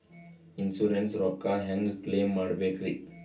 Insurance ರೊಕ್ಕ ಹೆಂಗ claim ಮಾಡ್ಬೇಕ್ರಿ?